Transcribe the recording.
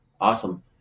awesome